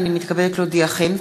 הנני מתכבדת להודיעכם,